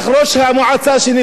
שנבחר לשם כך,